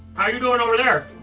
how you doing over there?